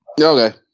Okay